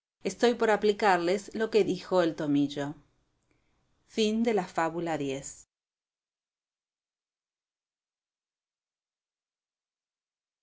estoy por aplicarles lo que dijo el tomillo fábula xi